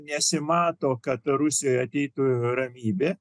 nesimato kad rusijoje ateitų ramybė